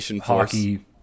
hockey